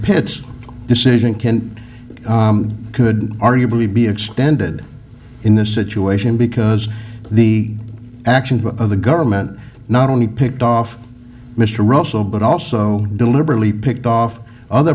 pits decision can could arguably be extended in this situation because the actions of the government not only picked off mr russell but also deliberately picked off other